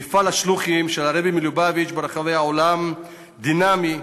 מפעל השלוחים של הרבי מלובביץ' ברחבי העולם דינמי,